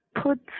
put